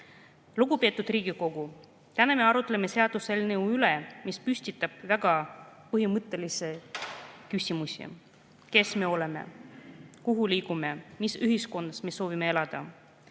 Lugupeetud Riigikogu! Täna me arutleme seaduseelnõu üle, mis püstitab väga põhimõttelisi küsimusi. Kes me oleme? Kuhu liigume? Mis ühiskonnas me soovime elada?